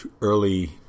early